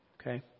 Okay